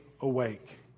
awake